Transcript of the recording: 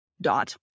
Dot